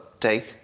take